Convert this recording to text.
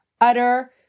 Utter